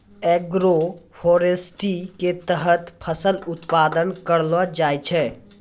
agroforestry के तहत फसल उत्पादन करलो जाय छै